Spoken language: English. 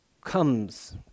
comes